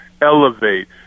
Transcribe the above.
elevate